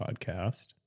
podcast